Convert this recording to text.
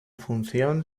función